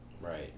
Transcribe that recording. Right